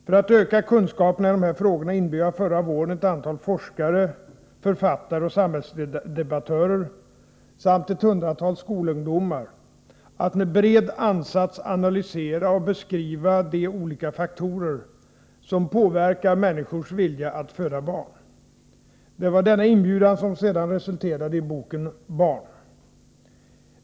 För att öka kunskaperna i de här frågorna inbjöd jag förra våren ett antal forskare, författare och samhällsdebattörer — samt ett hundratal skolungdomar — att med bred ansats analysera och beskriva de olika faktorer som påverkar människors vilja att föda barn. Det var denna inbjudan som sedan resulterade i boken ”Barn?”.